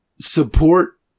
support